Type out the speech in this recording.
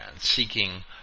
seeking